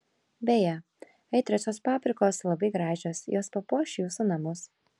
beje aitriosios paprikos labai gražios jos papuoš jūsų namus